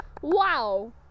Wow